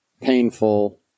painful